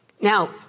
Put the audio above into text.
Now